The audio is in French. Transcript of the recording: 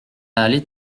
allait